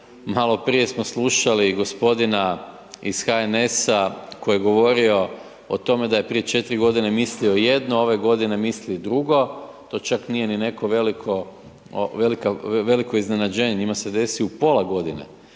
malo prije smo slušali gospodina iz HNS-a koji je govorio o tome da je prije četiri godine mislio jedno, ove godine misli drugo, to čak nije ni neko veliko, veliko iznenađenje, njima se desi u pola godine,